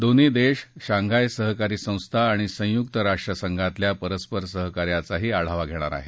दोन्ही देश शांघाय सहकारी संस्था आणि संयुक्त राष्ट्रसंघातल्या परस्पर सहाकार्याचाही आढावा घेणार आहेत